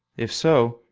if so,